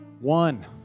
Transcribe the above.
One